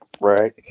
Right